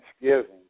thanksgiving